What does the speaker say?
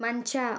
ಮಂಚ